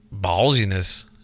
ballsiness